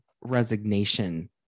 resignation